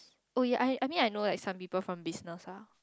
oh yeah I I mean I know like some people from business lah